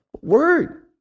word